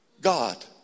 God